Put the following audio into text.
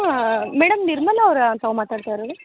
ಹಾಂ ಮೇಡಮ್ ನಿರ್ಮಲ ಅವರಾ ತಾವು ಮಾತಾಡ್ತ ಇರೋದು